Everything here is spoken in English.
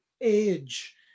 age